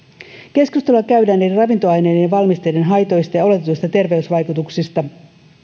keskustelua käydään eri ravintoaineiden ja valmisteiden haitoista ja oletetuista terveysvaikutuksista